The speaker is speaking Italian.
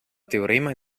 teorema